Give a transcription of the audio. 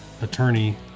attorney